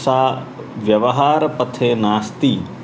सा व्यवहारपथे नास्ति